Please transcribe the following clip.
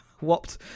whopped